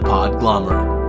Podglomerate